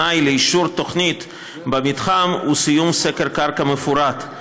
תנאי לאישור תוכנית במתחם הוא סיום סקר קרקע מפורט.